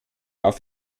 auf